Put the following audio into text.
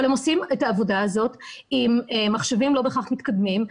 אבל הם עושים את העבודה הזאת עם מחשבים לא בהכרח מתקדמים,